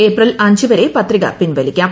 April അഞ്ച് വരെ പത്രിക പിൻവലിക്കാം